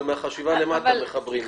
אבל מהחשיבה למטה מחברים לזה.